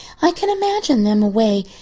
i can imagine them away.